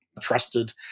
trusted